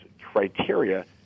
criteria